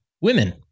women